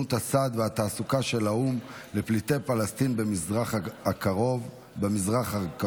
סוכנות הסעד והתעסוקה של האו"ם לפליטי פלסטין במזרח הקרוב (אונר"א),